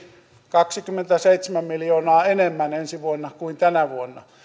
kaksikymmentäseitsemän miljoonaa enemmän ensi vuonna kuin tänä vuonna